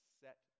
set